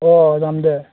অঁ যাম দে